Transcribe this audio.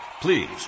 Please